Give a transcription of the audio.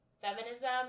feminism